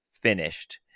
finished